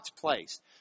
placed